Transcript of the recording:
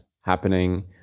happening